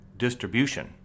Distribution